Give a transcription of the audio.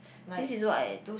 this is what I